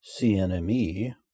CNME